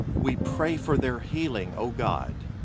we pray for their healing, oh god.